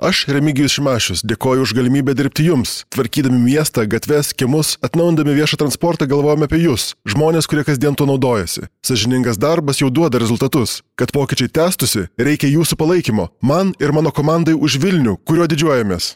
aš remigijus šimašius dėkoju už galimybę dirbti jums tvarkydami miestą gatves kiemus atnaujindami viešą transportą galvojom apie jus žmones kurie kasdien tuo naudojasi sąžiningas darbas jau duoda rezultatus kad pokyčiai tęstųsi reikia jūsų palaikymo man ir mano komandai už vilnių kuriuo didžiuojamės